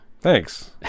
thanks